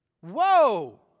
whoa